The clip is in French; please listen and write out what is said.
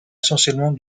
essentiellement